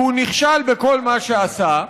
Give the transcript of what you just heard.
כי הוא נכשל בכל מה שעשה,